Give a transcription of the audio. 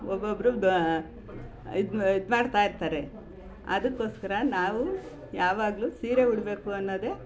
ಒಬ್ಬೊಬ್ಬರು ದ ಇದು ಇದು ಮಾಡ್ತಾ ಇರ್ತಾರೆ ಅದಕ್ಕೋಸ್ಕರ ನಾವು ಯಾವಾಗಲೂ ಸೀರೆ ಉಡಬೇಕು ಅನ್ನೋದೆ